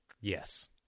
Yes